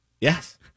Yes